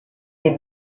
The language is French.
est